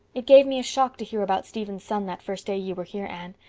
it gave me a shock to hear about stephen's son that first day you were here, anne.